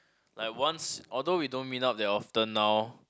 like once although we don't meet up very often now